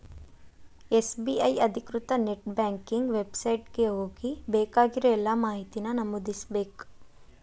SBI ಅಧಿಕೃತ net banking website ಗೆ ಹೋಗಿ ಬೇಕಾಗಿರೋ ಎಲ್ಲಾ ಮಾಹಿತಿನ ನಮೂದಿಸ್ಬೇಕ್